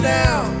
now